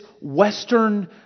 western